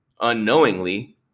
unknowingly